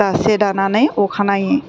दासे दानानै अखानायै